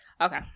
Okay